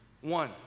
One